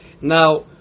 Now